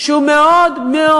שהוא מאוד מאוד